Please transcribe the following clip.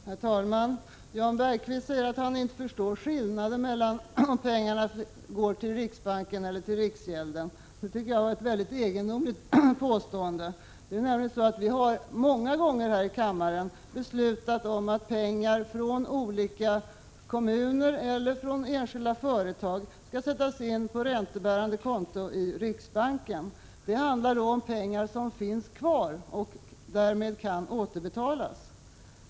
Herr talman! Jan Bergqvist säger att han inte förstår skillnaden mellan om pengarna går till riksbanken eller till riksgälden. Det tycker jag är är ett mycket egendomligt påstående. Vi har nämligen många gånger här i kammaren beslutat om att pengar från olika kommuner eller från enskilda företag skall sättas in på räntebärande konto i riksbanken. Det handlar då om pengar som finns kvar och därmed kan återbetalas.